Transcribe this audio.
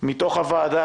מתוך הוועדה,